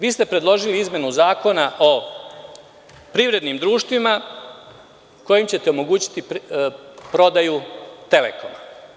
Vi ste predložili izmenu Zakona o privrednim društvima kojim ćete omogućiti prodaju „Telekoma“